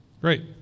Great